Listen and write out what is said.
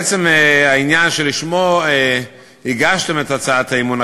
לעצם העניין שלשמו הגשתם את הצעת האי-אמון,